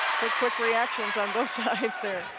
quick reactions on both sides there.